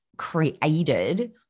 created